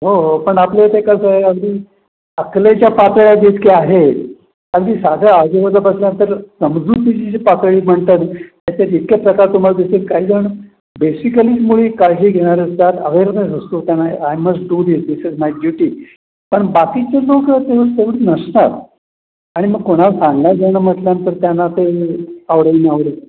हो हो पण आपल्या इथे कसं आहे अगदी अकलेच्या पातळ्या जितक्या आहेत अगदी साध्या आजूबाजूपासून तर समजुतीची जी पातळी म्हणतात त्याच्यात इतके प्रकार तुम्हाला दिसतील काहीजण बेसिकलीच मुळी काळजी घेणारे असतात अवेअरनेस असतो त्यांना I must do this this is my duty पण बाकीचे लोक तेवढी नसतात आणि मग कोणाला सांगण्यास जाणं म्हटल्यानंतर त्यांना ते आवडेल न आवडेल